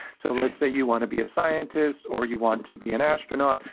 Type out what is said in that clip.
so let's say you want to be a scientist, or you want to be an astronaut.